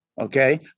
Okay